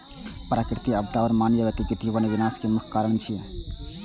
प्राकृतिक आपदा आ मानवीय गतिविधि वन विनाश के मुख्य कारण छियै